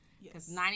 Yes